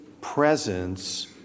presence